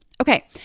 Okay